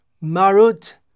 Marut